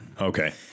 Okay